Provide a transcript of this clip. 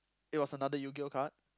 it was another Yu-Gi-Oh card